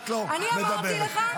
אני אמרתי לך שזה עוד לא מפריע לי.